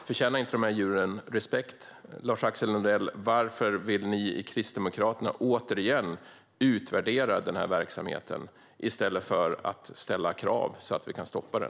Förtjänar inte dessa djur respekt? Lars-Axel Nordell, varför vill ni i Kristdemokraterna återigen utvärdera den här verksamheten i stället för att ställa krav så att vi kan stoppa den?